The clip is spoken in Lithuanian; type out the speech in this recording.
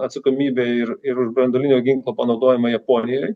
atsakomybę ir ir už branduolinio ginklo panaudojimą japonijoj